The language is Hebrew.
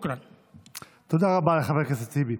תודה רבה לחבר הכנסת טיבי.